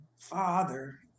father